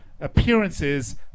appearances